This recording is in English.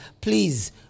please